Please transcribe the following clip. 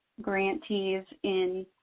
grantees in